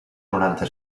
noranta